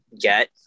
get